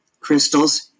crystals